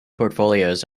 portfolios